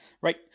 right